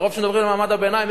מרוב שמדברים על מעמד הביניים,